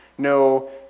no